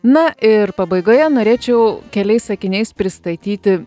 na ir pabaigoje norėčiau keliais sakiniais pristatyti